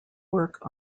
work